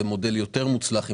כך שזה מודל יותר מוצלח.